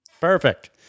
Perfect